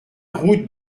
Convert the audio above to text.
route